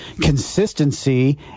consistency